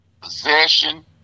possession